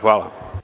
Hvala.